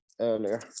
earlier